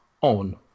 on